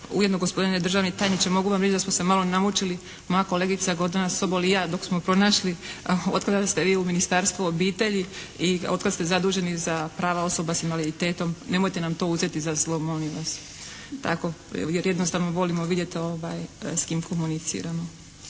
Ujedno gospodine državni tajniče mogu vam reći da smo se malo namučili moja kolegica Gordana Sobol i ja dok smo pronašli od kada ste vi u Ministarstvu obitelji i od kad ste zaduženi za prava osoba s invaliditetom, nemojte nam to uzeti za zlo molim vas, tako jer jednostavno volimo vidjet s kim komuniciramo.